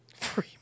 Free